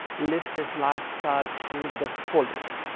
live this lifestyle to the fullest.